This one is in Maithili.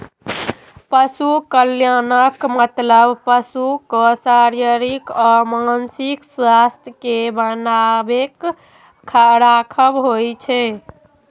पशु कल्याणक मतलब पशुक शारीरिक आ मानसिक स्वास्थ्यक कें बनाके राखब होइ छै